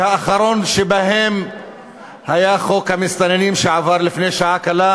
והאחרון שבה היה חוק המסתננים שעבר לפני שעה קלה,